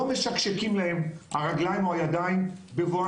לא משקשקים להם הידיים או הרגליים בבואם